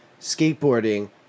skateboarding